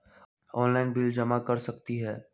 Online bill जमा कर सकती ह?